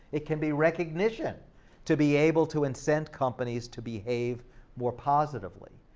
it can be recognition to be able to incent companies to behave more positively.